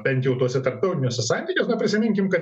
bent jau tuose tarptautiniuose santykiuos na prisiminkim kad